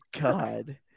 God